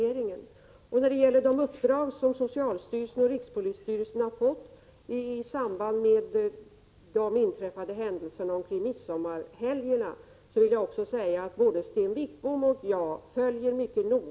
Både Sten Wickbom och jag följer mycket noga de uppdrag som socialstyrelsen och rikspolisstyrelsen fick i samband med de händelser som inträffade kring midsommarhelgen förra året.